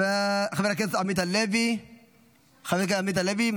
חבר הכנסת עמית הלוי, מוותר.